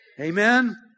Amen